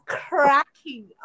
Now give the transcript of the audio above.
cracking